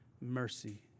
mercy